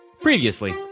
Previously